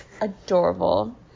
Adorable